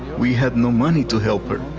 we had no money to help her.